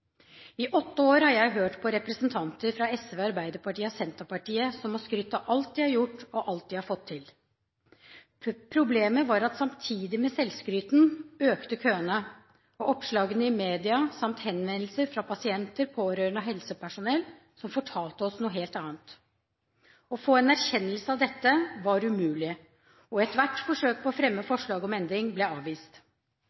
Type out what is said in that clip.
I åtte år har jeg hørt på representanter fra SV, Arbeiderpartiet og Senterpartiet som har skrytt av alt de har gjort, og alt de har fått til. Problemet var at samtidig med selvskrytet, økte køene, og oppslagene i media samt henvendelser fra pasienter, pårørende og helsepersonell fortalte oss noe helt annet. Å få en erkjennelse av dette var umulig, og ethvert forsøk på å fremme